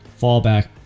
fallback